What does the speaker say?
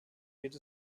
geht